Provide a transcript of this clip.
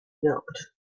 wirkt